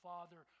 Father